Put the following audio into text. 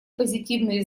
позитивные